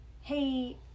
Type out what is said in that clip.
hey